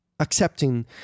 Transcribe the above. accepting